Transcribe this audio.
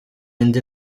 indi